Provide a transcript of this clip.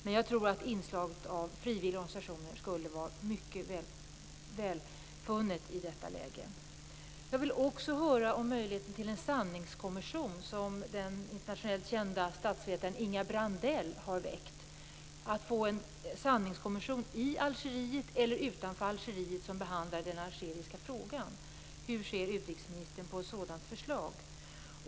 Men jag tror att ett inslag av frivilligorganisationer skulle vara mycket välkommet i detta läge. Jag vill också höra om förutsättningarna för en sanningskommission som den internationellt kända statsvetaren Inga Brandell har väckt. Hon vill att det skall inrättas en sanningskommission i Algeriet eller utanför Algeriet som behandlar den algeriska frågan. Hur ser utrikesministern på ett sådant förslag?